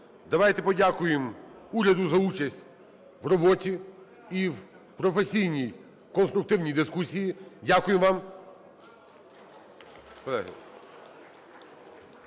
Давайте подякуємо уряду за участь в роботі і в професійній, конструктивній дискусії. Дякую вам,